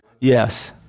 Yes